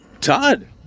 Todd